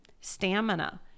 stamina